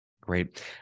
Great